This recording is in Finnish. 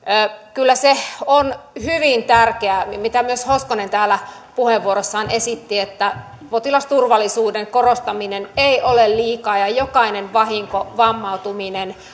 kyllä se on hyvin tärkeää mitä myös hoskonen täällä puheenvuorossaan esitti että potilasturvallisuuden korostaminen ei ole liikaa ja jokainen vahinko vammautuminen